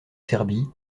serbie